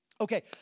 Okay